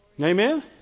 Amen